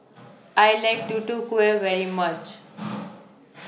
I like Tutu Kueh very much